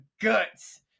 guts